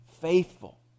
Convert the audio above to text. faithful